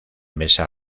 mesa